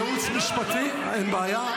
ייעוץ משפטי, אין בעיה.